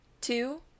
two